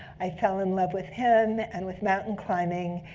i fell in love with him and with mountain climbing,